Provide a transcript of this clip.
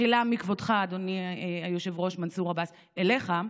מחילה מכבודך, אדוני היושב-ראש מנסור עבאס, אליך,